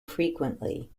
frequently